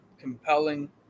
compelling